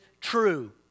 true